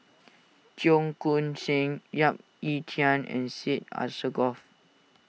Cheong Koon Seng Yap Ee Chian and Syed Alsagoff